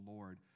Lord